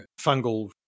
fungal